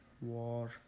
war